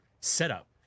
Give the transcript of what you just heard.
setup